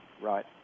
Right